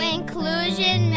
Inclusion